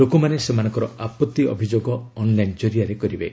ଲୋକମାନେ ସେମାନଙ୍କ ଆପତ୍ତି ଅଭିଯୋଗ ଅନ୍ଲାଇନ୍ କରିଆରେ କରିବେ